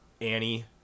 annie